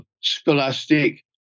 scholastic